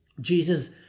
Jesus